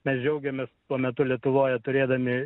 mes džiaugiamės tuo metu lietuvoje turėdami